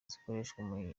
zikoreshwa